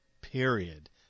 period